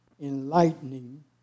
enlightening